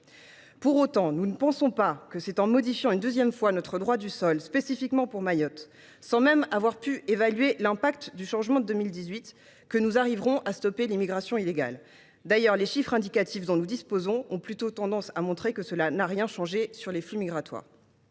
Pour autant, nous ne pensons pas que c’est en modifiant une seconde fois notre droit du sol spécifiquement pour Mayotte, sans même avoir pu évaluer l’impact du changement décidé en 2018, que nous arriverons à stopper l’immigration illégale. D’ailleurs, les chiffres indicatifs dont nous disposons ont plutôt tendance à montrer que cela n’a rien changé en termes de flux migratoires.